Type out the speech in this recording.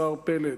השר פלד?